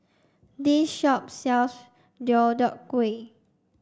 this shop sells Deodeok Gui